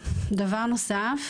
אף אחד לא טרח להגיד לי זאת.